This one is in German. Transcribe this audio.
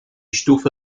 stufe